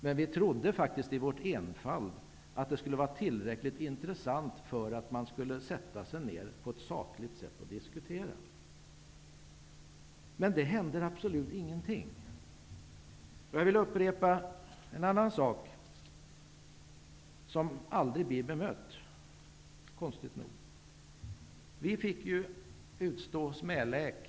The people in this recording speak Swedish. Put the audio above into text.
Men vi trodde faktiskt i vår enfald att det skulle vara tillräckligt intressant för att man skulle sätta sig ned och diskutera på ett sakligt sätt. Men det hände absolut ingenting. Jag vill upprepa en annan sak som aldrig blir bemött, konstigt nog. Vi fick utstå smälek.